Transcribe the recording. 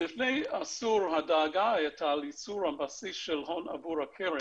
לפני עשור הדאגה הייתה לייצור הבסיס של הון עבור הקרן,